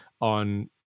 on